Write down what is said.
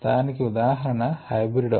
దానికి ఉదాహరణ హైబ్రి డొమ